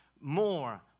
more